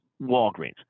Walgreens